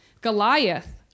Goliath